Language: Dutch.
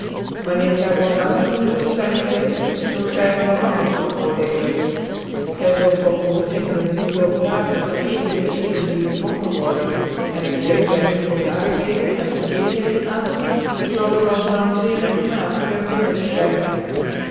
wanneer u wat langer hier zult zyn gewceft zult gy er wel anders van oordcclcn gy zult dan ondervinden hoe veel braver en eerlijke lieden hier gevonden worden en het sccn gy nu voor laagheden en verkeertheden aanziet zal u als dan zeer regtmatig en